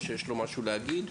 או שיש לו משהו להגיד?